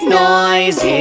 noise